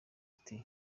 ati